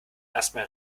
erstmal